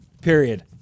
Period